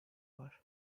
var